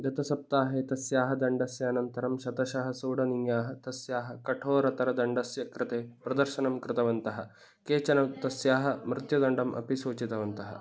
गतसप्ताहे तस्याः दण्डस्य अनन्तरं शतशः सोडनीयाः तस्याः कठोरतरदण्डस्य कृते प्रदर्शनं कृतवन्तः केचन तस्याः मृत्युदण्डम् अपि सूचितवन्तः